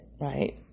right